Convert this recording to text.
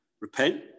repent